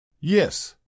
Yes